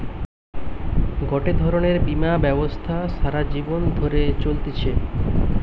গটে ধরণের বীমা ব্যবস্থা সারা জীবন ধরে চলতিছে